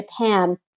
Japan